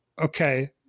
Okay